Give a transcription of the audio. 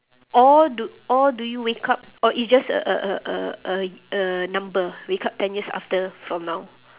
or do or do you wake up or is just a a a a a a number wake up ten years after from now